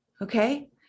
Okay